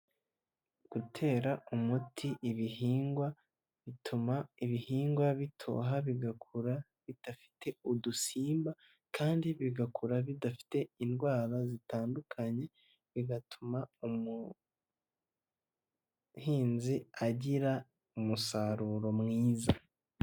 Gutera umuti ibihingwa bituma ibihingwa bitoha bigakura bidafite udusimba kandi bigakura bidafite indwara zitandukanye bigatuma umuhinzi agira umusaruro mwiza.